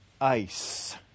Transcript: ice